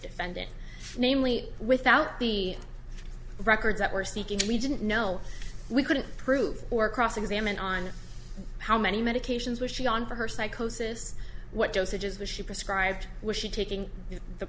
defendant namely without the records that we're seeking we didn't know we couldn't prove or cross examine on how many medications were she on for her psychosis what dosages was she prescribed was she taking the